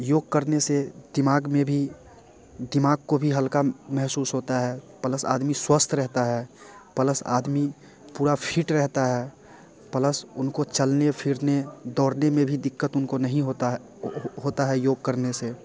योग करने से दिमाग में भी दिमाग को भी हल्का महसूस होता है प्लस आदमी स्वस्थ रहता है प्लस आदमी पूरा फिट रहता है प्लस उनको चलने फिरने दौड़ने में भी दिक्कत उनको नहीं होता है होता है योग करने से